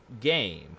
game